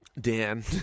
Dan